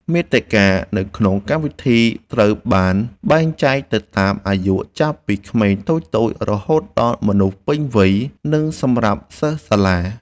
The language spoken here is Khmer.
មាតិកានៅក្នុងកម្មវិធីត្រូវបានបែងចែកទៅតាមអាយុចាប់ពីក្មេងតូចៗរហូតដល់មនុស្សពេញវ័យ និង សម្រាប់សិស្សសាលា។